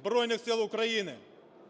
Збройних Сил України,